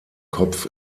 kopf